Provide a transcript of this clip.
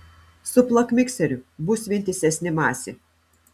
suplak mikseriu bus vientisesnė masė